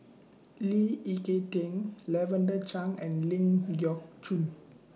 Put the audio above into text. Lee Ek Tieng Lavender Chang and Ling Geok Choon